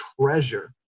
treasure